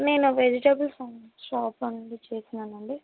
నేను వెజిటెబుల్ షా షాప్ నుండి చేస్తున్నాను అండి